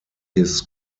his